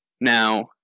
Now